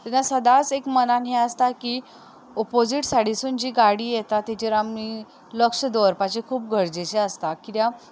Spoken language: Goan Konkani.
सदांच मनान एक हें आसता की ऑपोजीट सायडीनसून जी गाडी येता तिजेर आमी लक्ष दवरपाचें खूब गरजेचें आसता किद्या